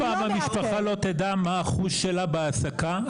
אף פעם המשפחה לא תדע מה האחוז שלה בהעסקה.